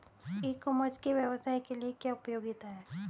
ई commerce के व्यवसाय के लिए क्या उपयोगिता है?